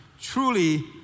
truly